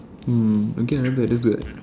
mm okay ah not bad that's good